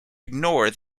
ignore